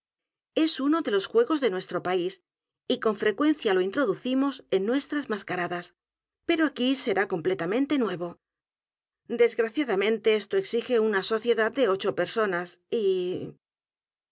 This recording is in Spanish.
es uno de los juegos de nuestro país y con frecuencia lo introducimos en nuestras mascaradas pero aquí será completamente nuevo desgraciadamente esto exige una sociedad de ochopersonas y